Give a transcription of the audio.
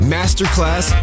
Masterclass